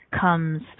comes